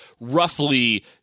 roughly